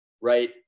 right